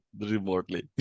remotely